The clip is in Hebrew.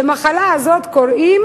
למחלה הזאת קוראים